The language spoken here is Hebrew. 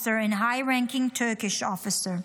and a high-ranking Turkish officer,